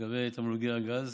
לגבי תמלוגי הגז.